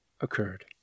occurred